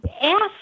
ask